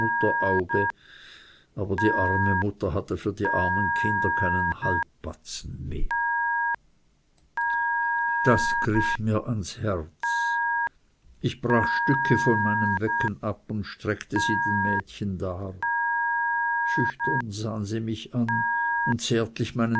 mutterauge aber die arme mutter hatte für die armen kinder keinen halbbatzen mehr das griff mir ans herz ich brach stücke von meinem wecken ab und streckte sie den mädchen dar schüchtern sahen sie mich an und zärtlich meinen